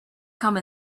come